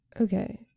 Okay